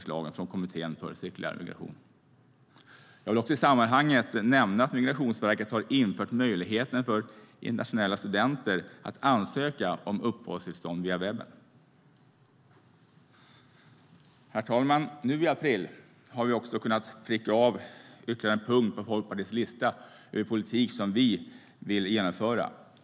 Jag vill i sammanhanget också nämna att Migrationsverket har infört möjligheten för internationella studenter att ansöka om uppehållstillstånd via webben. Herr talman! Nu i april har vi kunnat pricka av ytterligare en punkt på Folkpartiets lista över politik som vi vill genomföra.